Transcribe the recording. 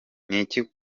niki